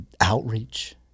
outreach